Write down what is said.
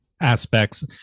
aspects